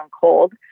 cold